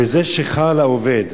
וזה שיכר לאובד.